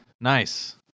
Nice